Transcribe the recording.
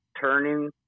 turning